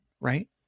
right